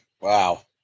wow